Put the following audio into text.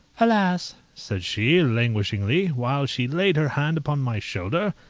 alas! said she, languishingly, while she laid her hand upon my shoulder,